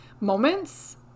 moments